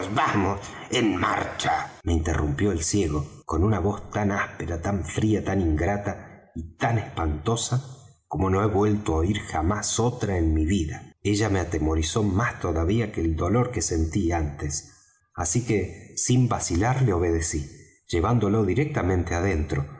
vamos en marcha me interrumpió el ciego con una voz tan áspera tan fría tan ingrata y tan espantable como no he vuelto á oir jamás otra en mi vida ella me atemorizó más todavía que el dolor que antes sentí así es que sin vacilar le obedecí llevándolo directamente adentro